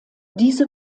diese